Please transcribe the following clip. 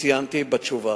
שציינתי בתשובה.